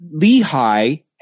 lehi